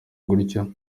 gutyo